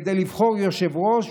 כדי לבחור יושב-ראש,